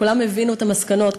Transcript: כולם הבינו את המסקנות.